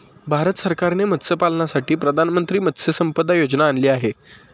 भारत सरकारने मत्स्यपालनासाठी प्रधानमंत्री मत्स्य संपदा योजना आणली आहे